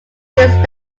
dean